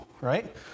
right